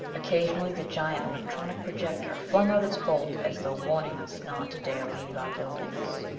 occasionally the giant electronic projector flung out its bolt as though warning us not to dare leave our buildings.